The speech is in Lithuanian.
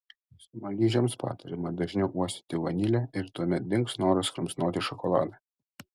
smaližiams patariama dažniau uostyti vanilę ir tuomet dings noras kramsnoti šokoladą